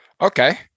Okay